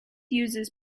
uses